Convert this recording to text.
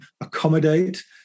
accommodate